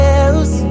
else